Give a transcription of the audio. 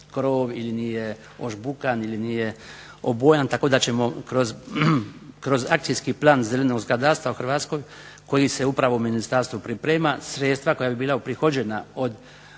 krov ili nije ožbukan ili nije obojan. Tako da ćemo kroz akcijski plan zelenog zgradarstva u Hrvatskoj koji se upravo u ministarstvu priprema sredstva koja bi bila uprihođena od naknade